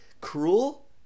cruel